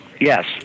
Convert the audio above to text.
Yes